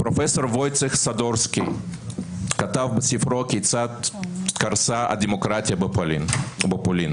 וויצ'ך סדורסקי כתב בספרו כיצד קרסה הדמוקרטיה בפולין.